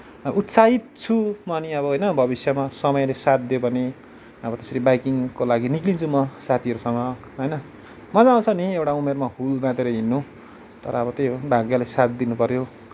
उत्साहित छु म पनि अब होइन भविष्यमा समयले साथ दियो भने अब त्यसरी बाइकिङको लागि निस्किन्छु म साथीहरूसँग होइन मजा आउँछ नि एउटा उमेरमा हुल बाँधिएर हिँड्नु तर अब त्यही हो भाग्यले साथ दिनुपऱ्यो